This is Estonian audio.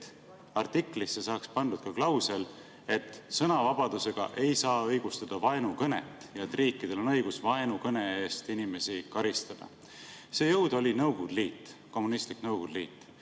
artiklisse saaks pandud ka klausel, et sõnavabadusega ei saa õigustada vaenukõnet ja et riikidel on õigus vaenukõne eest inimesi karistada. See jõud oli Nõukogude Liit, kommunistlik Nõukogude Liit.